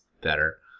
better